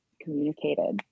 communicated